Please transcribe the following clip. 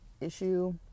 issue